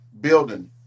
building